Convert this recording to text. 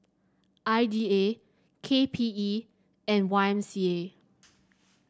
I D A K P E and Y M C A